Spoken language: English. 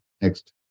Next